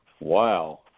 Wow